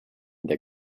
their